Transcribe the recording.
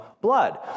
blood